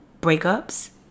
breakups